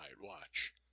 watch